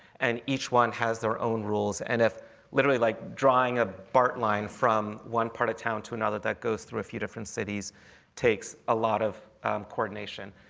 and each one has their own rules. and literally like driving a bart line from one part of town to another that goes through a few different cities takes a lot of coordination.